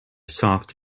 soft